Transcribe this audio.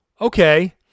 Okay